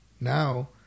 now